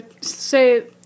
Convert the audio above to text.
say